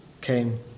came